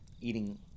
eating